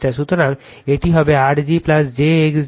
সুতরাং এটি হবে R g j x g XL